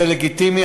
זה לגיטימי.